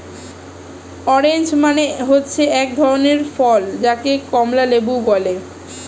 orange মানে হচ্ছে এক ধরনের ফল যাকে কমলা লেবু বলে